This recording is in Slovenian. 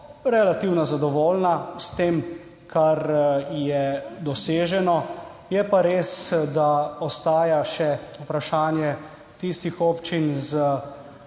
relativno zadovoljna s tem, kar je doseženo. Je pa res, da ostaja še vprašanje tistih občin z